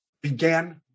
began